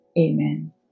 Amen